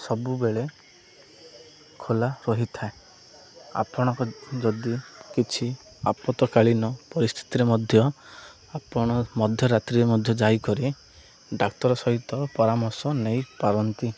ସବୁବେଳେ ଖୋଲା ରହିଥାଏ ଆପଣଙ୍କ ଯଦି କିଛି ଆପତକାଳୀନ ପରିସ୍ଥିତିରେ ମଧ୍ୟ ଆପଣ ମଧ୍ୟରାତ୍ରିରେ ମଧ୍ୟ ଯାଇ କରି ଡାକ୍ତର ସହିତ ପରାମର୍ଶ ନେଇପାରନ୍ତି